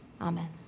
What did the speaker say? amen